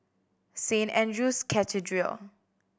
Saint Andrew's Cathedral